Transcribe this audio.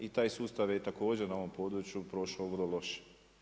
I taj sustav je također na ovom području prošao vrlo loše.